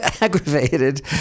aggravated